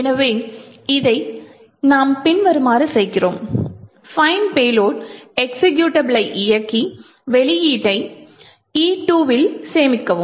எனவே இதை நாம் பின்வருமாறு செய்கிறோம் find payload எக்சிகியூட்டபிளை இயக்கி வெளியீட்டை E2 இல் சேமிக்கவும்